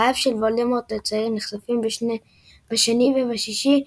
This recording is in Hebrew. חייו של וולדמורט הצעיר נחשפים בשני ובשישי,